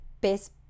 Best